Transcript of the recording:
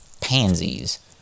pansies